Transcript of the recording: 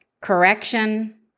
correction